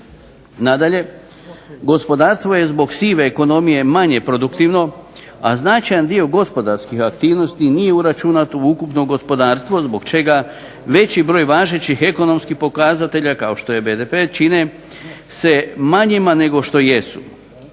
Nadalje, gospodarstvo je zbog sive ekonomije manje produktivno, a značajan dio gospodarske aktivnosti nije uračunat u ukupno gospodarstvo zbog čega veći broj važećih ekonomskih pokazatelja kao što je BDP čine se manjima nego što jesu.